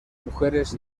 mujeres